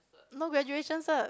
no graduation cert